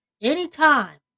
anytime